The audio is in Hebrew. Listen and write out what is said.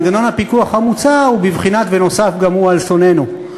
ומנגנון הפיקוח המוצע הוא בבחינת "ונוסף גם הוא על שונאינו".